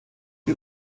die